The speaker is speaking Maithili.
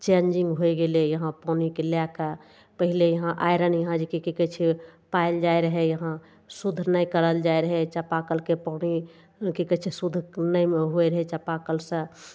चेंजिंग होइ गेलय यहाँ जे कि पानिके लए कऽ पहिले यहाँ आयरन जे कि की कहय छै पायल जाइ रहय यहाँ शुद्ध नहि करल जाइ रहय चापाकलके पानि की कहय छै शुद्ध नहि होइ रहय चापाकलसँ